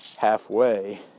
halfway